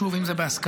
שוב, אם זה בהסכמה.